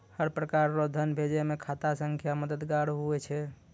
हर प्रकार रो धन भेजै मे खाता संख्या मददगार हुवै छै